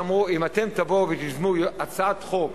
שאמרו: אם אתם תבואו ותיזמו הצעת חוק,